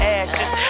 ashes